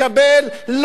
לא תשלם,